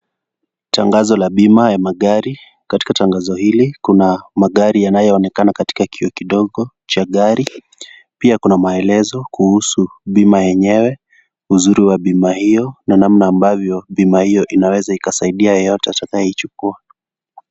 Tangazo la bima ya magari, katika tangazo hili kuna magari yanayoonekana katika kioo kidogo cha gari. Pia kuna maelezo kuhusu bima yenyewe, uzuri wa bima hiyo na namna ambavyo bima hiyo inaweza ikasaidia yeyote atakayoichukua.